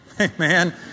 Amen